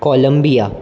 Colombia